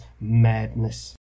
madness